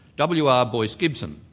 w. r. boyce gibson.